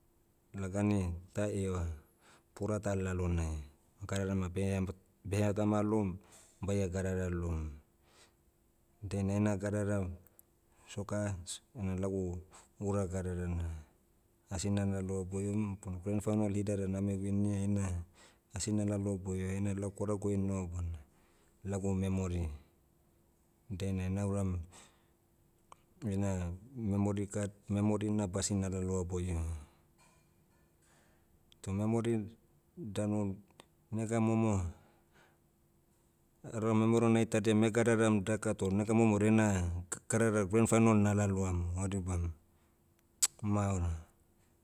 Lagani, ta ieva, pura ta lalonai, gadara ma behemb- beheagama loum, baia gadara loum. Dainai ena gadara, soccer, s- na lagu, ura gadarana. Asi nalaloa boiom, bona grand final hida da name winia ina, asi nalaloa boio ina lau kwarguai noho bona, lagu memory. Dainai nauram, ina, memory card, memory na basi nalaloa boio. Toh memory, danu, nega momo, ara memero naitadiam gadaram daka toh nega momorea na kk- kadara grand final nalaloam, o dibam. maoro.